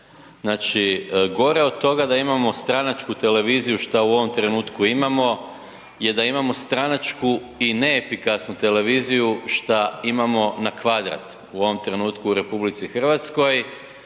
Znači gore od toga da imamo stranačku televiziju šta u ovom trenutku imamo je da imamo stranačku i neefikasnu televiziju šta imamo na kvadrat u ovom trenutku u RH. I moje